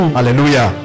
Hallelujah